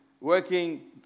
working